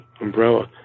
umbrella